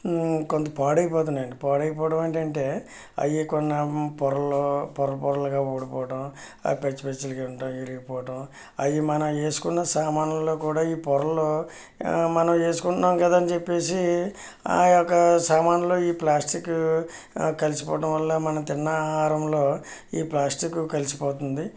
కొంత పాడైపోతున్నాయండి పాడైపోవడం ఏంటి అంటే అవి కొన్న పొరలు పొరలు పొరలుగా ఊడిపోవడం అవి పెంచు పెంచులుగా ఉండడం విరిగిపోవడం అవి మన వేసుకున్న సామాన్లు కూడా ఈ పొరలు మనం వేసుకుంటున్నాము కదా అని చెప్పేసి ఆ యొక్క సామాన్లు ఈ ప్లాస్టిక్ కలిసిపోవడం వల్ల మనం తిన్న ఆహారంలో ఈ ప్లాస్టిక్ కలిసిపోతుంది